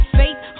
faith